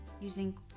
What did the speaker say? using